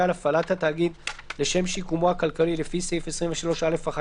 על הפעלת התאגיד לשם שיקומו הכלכלי לפי סעיף 23(א)(1)